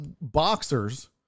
boxers